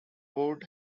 port